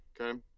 Okay